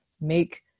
make